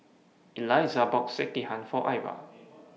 Eliza bought Sekihan For Ivah